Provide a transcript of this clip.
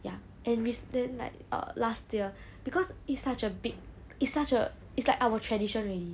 ya and we spend like err last year because it's such a big it's such a it's like our tradition already